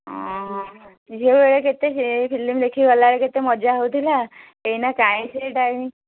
ହଁ ଝିଅ ବେଳେ କେତେ ଫିଲ୍ମ ଦେଖି ଗଲାବେଳେ କେତେ ମଜା ହେଉଥିଲା ଏଇନା କାଇଁ ସେ ଟାଇମ୍